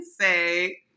say